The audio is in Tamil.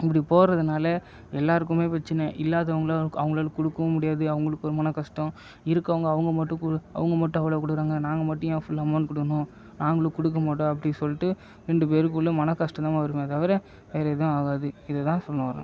இப்படி போடறதுனால் எல்லோருக்குமே பிரச்சன இல்லாதவங்க அவங்களால் கொடுக்கவும் முடியாது அவங்களுக்கு மன கஷ்டம் இருக்கிறவங்க அவங்க மட்டும் அவங்க மட்டும் அவ்வளவு கொடுக்கறாங்க நாங்கள் மட்டும் ஏன் ஃபுல் அமௌண்ட் கொடுக்கணும் நாங்களும் கொடுக்கமாட்டோம் அப்படினு சொல்லிட்டு ரெண்டு பேருக்குள்ள மன கஷ்டம் தான் வருமே தவிர வேறு எதுவும் ஆகாது இதை தான் சொல்ல வரேன்